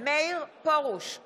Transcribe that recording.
הצעת חוק השתלת